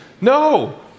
no